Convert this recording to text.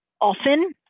often